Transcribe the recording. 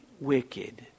wicked